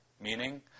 meaning